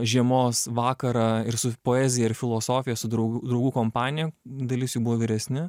žiemos vakarą ir su poezija ir filosofija su draugų draugų kompanija dalis jų buvo vyresni